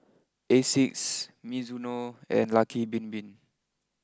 Asics Mizuno and Lucky Bin Bin